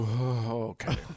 okay